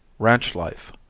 ranch life